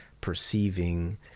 perceiving